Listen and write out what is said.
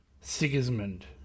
Sigismund